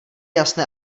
jasné